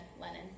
Lenin